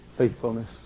Faithfulness